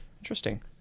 interesting